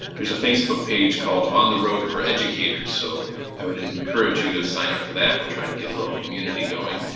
there's a facebook page called on the road for educators so i would encourage you to sign up for that, we're trying to get a little community going.